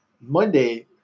Monday